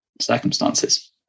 circumstances